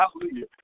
Hallelujah